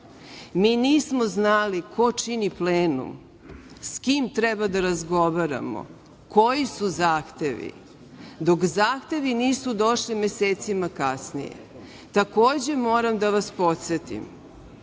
nismo znali ko čini plenum, s kim treba da razgovaramo, koji su zahtevi dok zahtevi nisu došli mesecima kasnije. Takođe, moram da vas podsetim